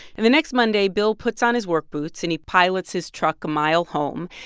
and the next monday, bill puts on his work boots, and he pilots his truck a mile home.